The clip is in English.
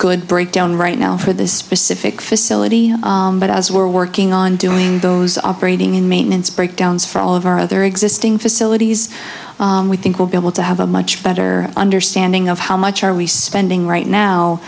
good breakdown right now for this specific facility but as we're working on doing those operating in maintenance breakdowns for all of our other existing facilities we think we'll be able to have a much better understanding of how much are we spending right now